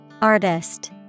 Artist